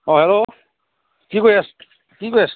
অঁ হেল্ল' কি কৰি আছে কি কৰি আছে